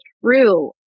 true